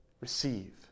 receive